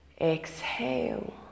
Exhale